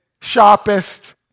sharpest